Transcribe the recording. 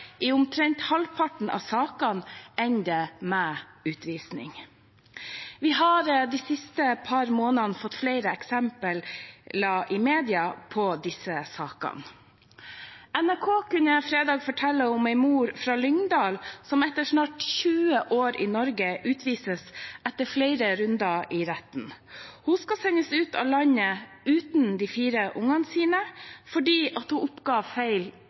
I omtrent halvparten av sakene ender det med utvisning. Vi har de siste par månedene fått flere eksempler i mediene på disse sakene. NRK kunne fredag fortelle om en mor fra Lyngdal, som etter snart 20 år i Norge utvises etter flere runder i retten. Hun skal sendes ut av landet uten de fire barna sine – fordi hun oppga feil